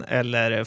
eller